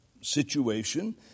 situation